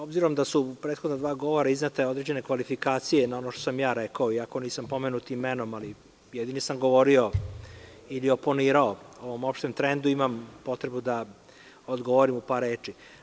Obzirom da su u prethodna dva govora iznete određene kvalifikacije na ono što sam ja rekao, iako nisam pomenut imenom, ali jedini sam govorio ili oponirao o ovom opštem trendu, imam potrebu da odgovorim u par reči.